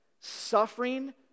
suffering